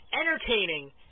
entertaining